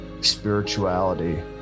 spirituality